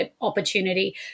opportunity